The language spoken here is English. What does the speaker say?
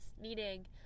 meaning